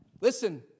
listen